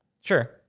Sure